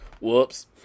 whoops